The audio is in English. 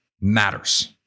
matters